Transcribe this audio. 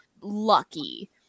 lucky